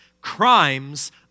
Crimes